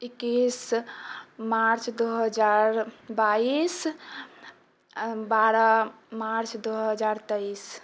इक्कैस March दो हजार बाइस आओर बारह मार्च दो हजार तैइस